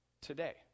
today